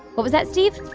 what was that, steve?